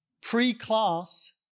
pre-class